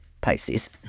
Pisces